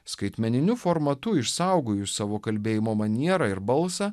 skaitmeniniu formatu išsaugojus savo kalbėjimo manierą ir balsą